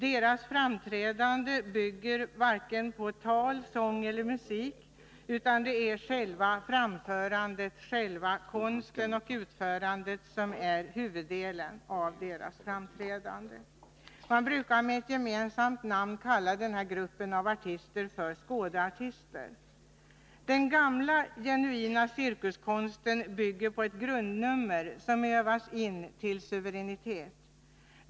Deras framträdanden bygger varken på tal, sång eller musik, utan det är utförandet i deras framträdanden som är det viktiga. Man brukar med ett gemensamt namn kalla denna grupp av artister för skådeartister. Den gamla, genuina cirkuskonsten bygger på ett grundnummer som övas in till suveränitet.